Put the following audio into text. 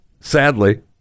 Sadly